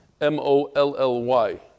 M-O-L-L-Y